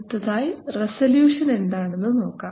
അടുത്തതായി റെസല്യൂഷൻ എന്താണെന്ന് നോക്കാം